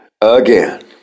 again